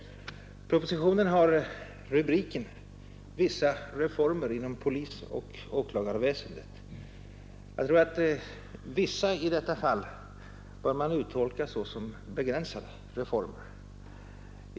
Propositionen har rubriken ”vissa reformer inom polisoch åklagarväsendet”. Jag tror att man bör uttolka ”vissa reformer” såsom ”begränsade reformer”.